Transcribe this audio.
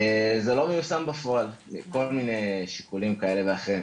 זה לא מיושם בפועל מכל מיני שיקולים כאלה ואחרים.